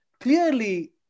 clearly